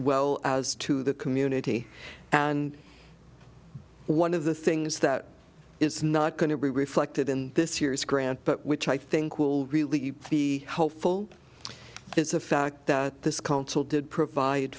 well as to the community and one of the things that is not going to be reflected in this year's grant but which i think will really be helpful is the fact that this council did provide